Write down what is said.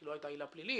כי לא היתה עילה פלילית.